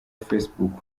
facebook